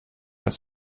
als